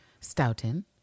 Stoughton